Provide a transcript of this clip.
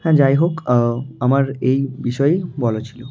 হ্যাঁ যাই হোক আমার এই বিষয়েই বলার ছিলো